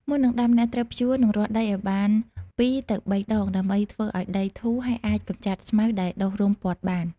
មុននឹងដាំ អ្នកត្រូវភ្ជួរ និងរាស់ដីឱ្យបាន ២ទៅ៣ ដង ដើម្បីធ្វើឱ្យដីធូរ ហើយអាចកម្ចាត់ស្មៅដែលដុះរុំព័ទ្ធបាន។